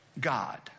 God